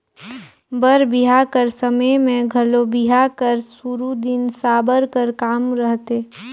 बर बिहा कर समे मे घलो बिहा कर सुरू दिन साबर कर काम रहथे